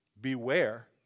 Beware